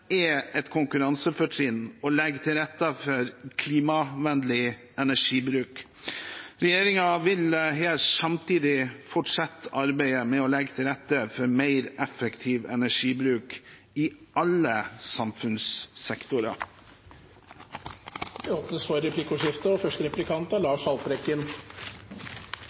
er et konkurransefortrinn og legger til rette for klimavennlig energibruk. Regjeringen vil samtidig fortsette arbeidet med å legge til rette for mer effektiv energibruk i alle samfunnssektorer. Det blir replikkordskifte. I dag er